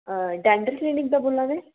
dental clinic दा बोल्ला दे